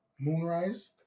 Moonrise